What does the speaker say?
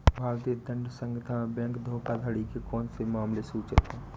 भारतीय दंड संहिता में बैंक धोखाधड़ी के कौन से मामले सूचित हैं?